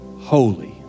holy